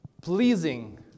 pleasing